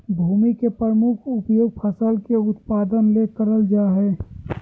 भूमि के प्रमुख उपयोग फसल के उत्पादन ले करल जा हइ